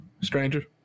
stranger